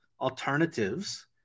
alternatives